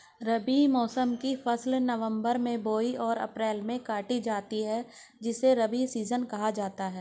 रबी मौसम की फसल नवंबर में बोई और अप्रैल में काटी जाती है जिसे रबी सीजन कहा जाता है